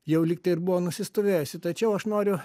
jau lygtai ir buvo nusistovėjusi tačiau aš noriu